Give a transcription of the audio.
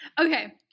okay